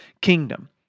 kingdom